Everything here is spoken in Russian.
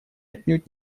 отнюдь